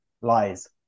lies